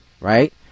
right –